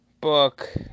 book